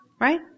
right